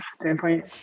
standpoint